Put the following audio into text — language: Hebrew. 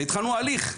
והתחלנו הליך.